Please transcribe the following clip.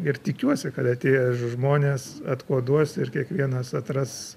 ir tikiuosi kad atėję žmonės atkoduos ir kiekvienas atras